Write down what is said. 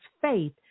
faith